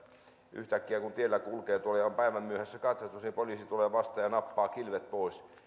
yhtäkkiä kun tiellä kulkee ja katsastus on päivän myöhässä poliisi tulee vastaan ja nappaa kilvet pois